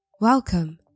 Welcome